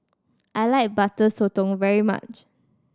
I like Butter Sotong very much